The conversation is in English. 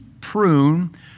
prune